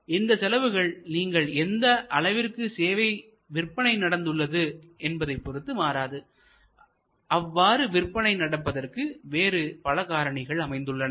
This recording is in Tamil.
ஆனால் இந்த செலவுகள் நீங்கள் எந்த அளவிற்கு சேவை விற்பனை நடந்துள்ளது என்பதைப் பொறுத்து மாறாது அவ்வாறு விற்பனை நடப்பதற்கு வேறு பல காரணிகள் அமைந்துள்ளன